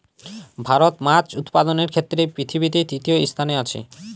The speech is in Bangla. ভারত মাছ উৎপাদনের ক্ষেত্রে পৃথিবীতে তৃতীয় স্থানে আছে